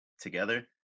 together